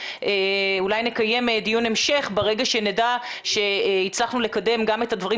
אולי נקיים דיון המשך ברגע שנדע שהצלחנו לקדם גם את הדברים